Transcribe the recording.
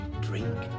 drink